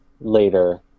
later